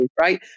right